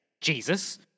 Jesus